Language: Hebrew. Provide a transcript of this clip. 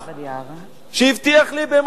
שהבטיח לי במו הבל פיו: